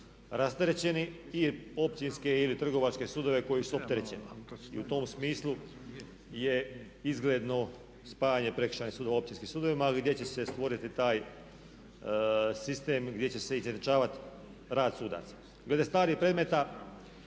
rasterećeni i općinske ili trgovačke sudove koji su opterećeni. I u tom smislu je izgledno spajanje prekršajnih sudova općinskim sudovima ali gdje će se stvoriti taj sistem gdje će se izjednačavati rad sudaca. Glede starih predmeta